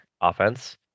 offense